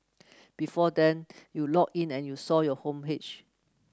before then you logged in and saw your homepage